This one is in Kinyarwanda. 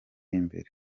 imbere